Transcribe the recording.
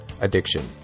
addiction